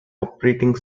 operating